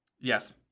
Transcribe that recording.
Yes